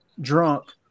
drunk